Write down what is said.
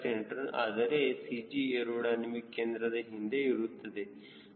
c ಆದರೆ CG aerodynamic ಕೇಂದ್ರದ ಹಿಂದೆ ಇರುತ್ತದೆ